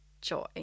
joy